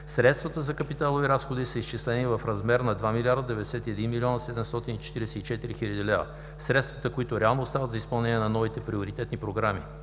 средствата за капиталови разходи са изчислени в размер на 2 091 744 млн. лв. Средствата, които реално остават за изпълнение на новите приоритетни проекти